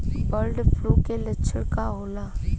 Bird flu के लक्षण का होला?